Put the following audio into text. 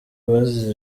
bazize